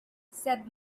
said